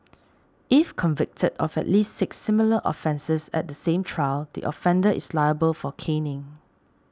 if convicted of at least six similar offences at the same trial the offender is liable for caning